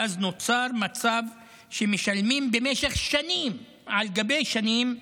ואז נוצר מצב שמשלמים במשך שנים על גבי שנים,